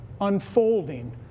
unfolding